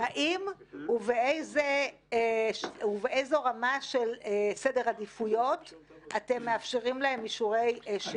האם ובאיזו רמה של סדר עדיפויות אתם מאפשרים להם אישורי שהייה בישראל?